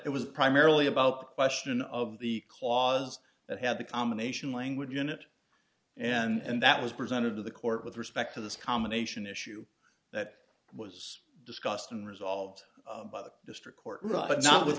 it was primarily about the question of the clause that had the combination language in it and that was presented to the court with respect to this combination issue that was discussed and resolved by the district court or not but not with